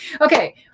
Okay